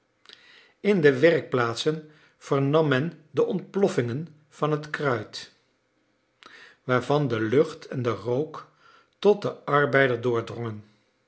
in de werkplaatsen vernam men de ontploffingen van het kruit waarvan de lucht en de rook tot den arbeider doordrongen